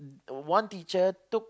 one teacher took